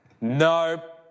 No